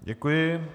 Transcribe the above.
Děkuji.